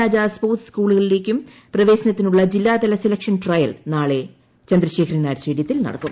രാജ sports സ്കൂളുകളിലേക്കും പ്രവേശനത്തിനുള്ള ജില്ലാതല സെലക്ഷൻ ട്രയൽ നാളെ ചന്ദ്രശേഖരൻ നായർ സ്റ്റേഡിയത്തിൽ നടക്കും